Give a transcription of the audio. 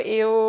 eu